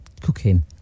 cooking